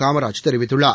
காமராஜ் தெரிவித்துள்ளார்